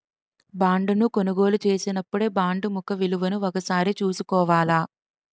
బాండును కొనుగోలు చేసినపుడే బాండు ముఖ విలువను ఒకసారి చూసుకోవాల